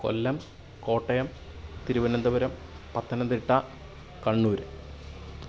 Kollam Kottayam Thiruvananthapuram Pathanamthitta Kannur